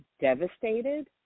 devastated